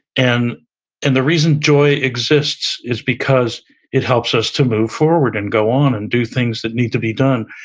and and the reason joy exists is because it helps us to move forward, and go on and do things that need to be done.